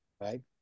right